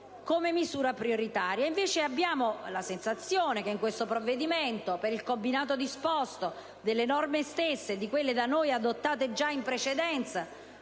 come misura prioritaria. Al contrario, abbiamo la sensazione che in questo provvedimento, per il combinato disposto delle norme stesse e di quelle da noi adottate già in precedenza,